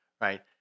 right